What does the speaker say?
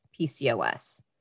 PCOS